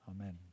amen